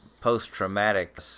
post-traumatic